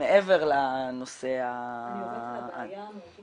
מעבר לנושא -- אני עובדת על הבעיה המהותית